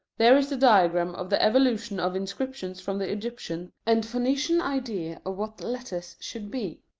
there is the diagram of the evolution of inscriptions from the egyptian and phoenician idea of what letters should be,